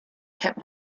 kept